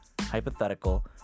hypothetical